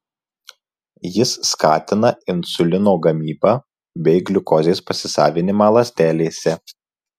jis skatina insulino gamybą bei gliukozės pasisavinimą ląstelėse